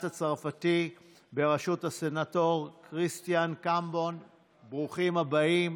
הצרפתי בראשות הסנאטור כריסטיאן קמבון בברוכים הבאים